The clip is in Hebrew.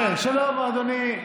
שלום, אדוני.